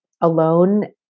alone